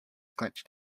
clenched